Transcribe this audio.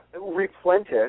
replenish